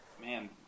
Man